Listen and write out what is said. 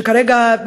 שכרגע,